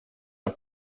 are